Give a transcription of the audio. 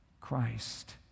Christ